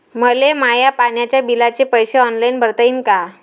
मले माया पाण्याच्या बिलाचे पैसे ऑनलाईन भरता येईन का?